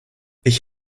ich